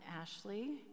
Ashley